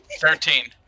Thirteen